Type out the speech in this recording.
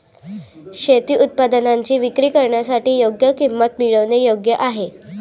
शेती उत्पादनांची विक्री करण्यासाठी योग्य किंमत मिळवणे योग्य आहे